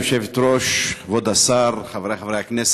גברתי היושבת-ראש, כבוד השר, חברי חברי הכנסת,